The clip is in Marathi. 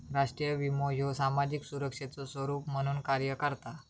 राष्ट्रीय विमो ह्यो सामाजिक सुरक्षेचो स्वरूप म्हणून कार्य करता